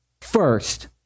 first